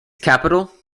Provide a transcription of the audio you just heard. capital